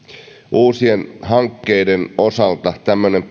uusien hankkeiden osalta tämmöinen